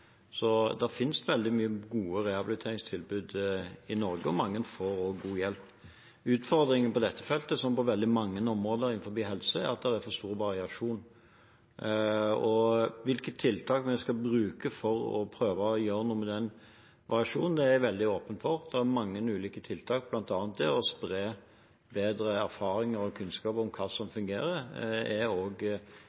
Det finnes veldig mange gode rehabiliteringstilbud i Norge, og mange får også god hjelp. Utfordringen på dette feltet, som på veldig mange områder innenfor helse, er at det er for stor variasjon, og hvilke tiltak en skal bruke for å prøve å gjøre noe med den variasjonen, er jeg veldig åpen for. Det er mange ulike tiltak. Blant annet er det å spre bedre erfaringer og kunnskap om hva som